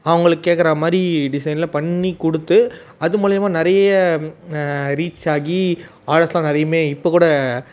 அவங்களுக்கு கேக்குறாமாதிரி டிசைனில் பண்ணிக்கொடுத்து அதுமூலியமாக நிறைய ரீச்சாகி ஆர்டர்ஸ் எல்லாம் நிறையுமே இப்போக்கூட